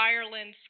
Ireland